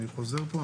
אני חוזר פה,